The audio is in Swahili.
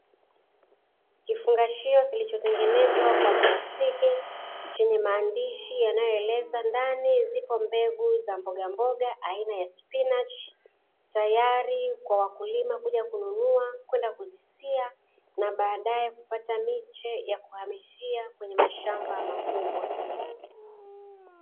Kifungashio kilichotengenezwa kwa plastiki, chenye maandishi yanayoeleza ndani zipo mbegu za mbogamboga aina ya spinachi, tayari kwa wakulima kuja kununua, kwenda kuzisia na baadae kupata miche ya kuhamishia kwenye mashamba makubwa.